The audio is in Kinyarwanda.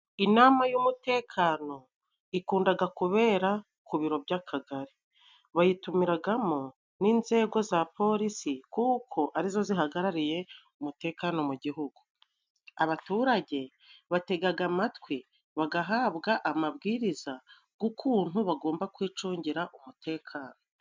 Inama y'umutekano ikundaga kubera ku biro by'akagari. Bayitumiragamo n'inzego za polisi kuko ari zo zihagarariye umutekano mu gihugu. Abaturage bategaga amatwi bagahabwa amabwiriza g'ukuntu bagomba kwicungira umutekano.